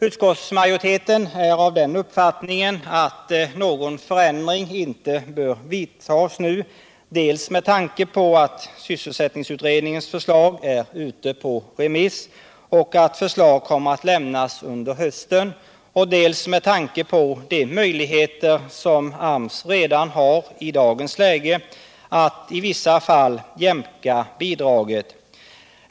Utskottsmajoriteten är av den uppfattningen att någon förändring inte bör vidtas nu, dels med tanke på att sysselsättningsutredningens förslag är ute på remiss och att förslag kommer att lämnas under hösten, dels med tanke på de möjligheter som AMS redan har i dagens läge att i vissa fall jämka bidraget.